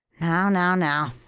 now, now, now!